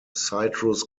citrus